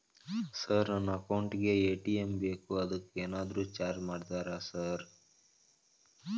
Sir ನನ್ನ account ಗೇ ATM ಬೇಕು ಅದಕ್ಕ ಏನಾದ್ರು ಚಾರ್ಜ್ ಮಾಡ್ತೇರಾ ಸರ್?